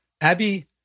Abby